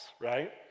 right